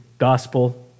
Gospel